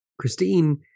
Christine